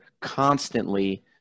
constantly